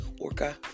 orca